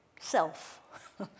self